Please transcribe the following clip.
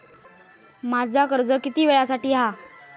माझा कर्ज किती वेळासाठी हा?